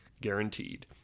Guaranteed